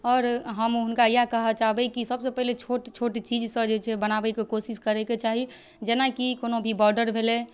आओर हम हुनका इएह कहऽ चाहबै कि सबसँ पहिले छोट छोट चीजसँ बनाबैके कोशिश करैके चाही जेनाकि कोनो भी बॉडर भेलै